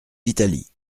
d’italie